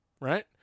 right